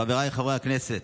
חבריי חברי הכנסת,